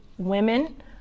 women